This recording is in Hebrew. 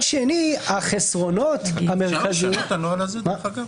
אפשר לשנות את הנוהל הזה אגב?